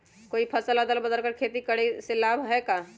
कोई फसल अदल बदल कर के खेती करे से लाभ है का?